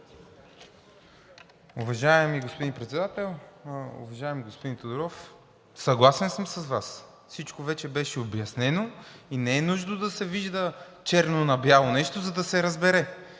Уважаеми господин Председател! Уважаеми господин Тодоров, съгласен съм с Вас – всичко вече беше обяснено и не е нужно да се вижда черно на бяло нещо, за да се разбере.